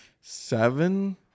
seven